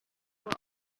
were